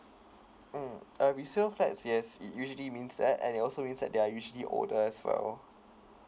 mm a resale flat yes it usually means that and it also means that they're usually old as well